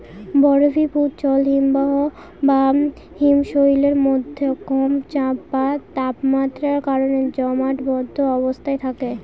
বরফীভূত জল হিমবাহ বা হিমশৈলের মধ্যে কম চাপ ও তাপমাত্রার কারণে জমাটবদ্ধ অবস্থায় থাকে